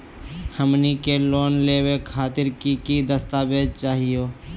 हमनी के लोन लेवे खातीर की की दस्तावेज चाहीयो?